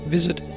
visit